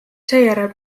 seejärel